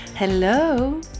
Hello